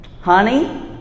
honey